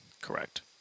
Correct